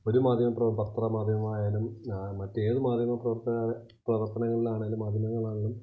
ഒരു മാധ്യമപ്രവർ പത്രമാധ്യമങ്ങളായാലും മറ്റേത് മാധ്യമപ്രവർത്തന പ്രവർത്തനങ്ങളിലാണെങ്കിലും മാധ്യമങ്ങളിലാണെങ്കിലും